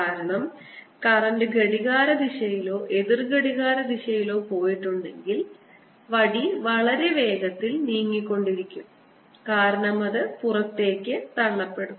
കാരണം കറന്റ് ഘടികാരദിശയിലോ എതിർ ഘടികാരദിശയിലോ പോയിട്ടുണ്ടെങ്കിൽ വടി വളരെ വേഗത്തിൽ നീങ്ങിക്കൊണ്ടിരിക്കും കാരണം അത് പുറത്തേക്ക് തള്ളപ്പെടും